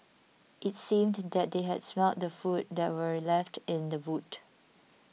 it seemed that they had smelt the food that were left in the boot